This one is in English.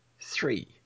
three